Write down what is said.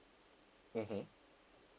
mmhmm